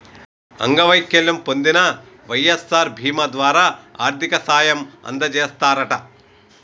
అంగవైకల్యం పొందిన వై.ఎస్.ఆర్ బీమా ద్వారా ఆర్థిక సాయం అందజేస్తారట